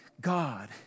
God